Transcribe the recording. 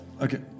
Okay